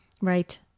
Right